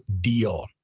deal